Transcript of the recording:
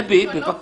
אני לא מבינה,